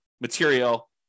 material